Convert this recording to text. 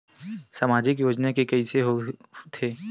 सामाजिक योजना के कइसे होथे?